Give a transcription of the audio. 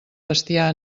bestiar